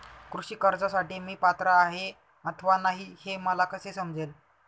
कृषी कर्जासाठी मी पात्र आहे अथवा नाही, हे मला कसे समजेल?